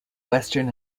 western